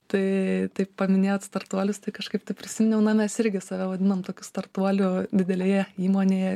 tai taip paminėjot startuolis tai kažkaip prisiminiau na mes irgi save vadinam tokių startuoliu didelėje įmonėje